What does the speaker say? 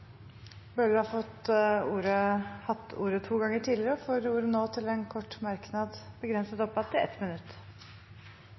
har hatt ordet to ganger tidligere og får ordet til en kort merknad, begrenset